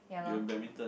you're in badminton